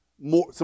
more